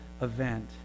event